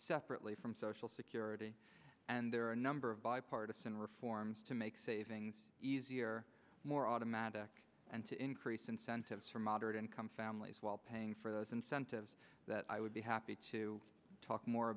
separately from social security and their a number of bipartisan reforms to make savings easier more automatic and to increase incentives for moderate income families while paying for those incentives that i would be happy to talk more